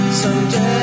Someday